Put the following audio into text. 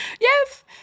Yes